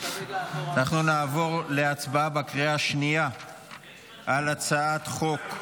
טל מירון, איננה, חבר הכנסת ירון לוי,